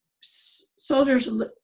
soldiers